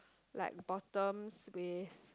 like bottoms with